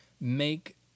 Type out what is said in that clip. make